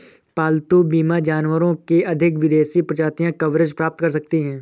पालतू बीमा जानवरों की अधिक विदेशी प्रजातियां कवरेज प्राप्त कर सकती हैं